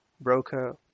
broker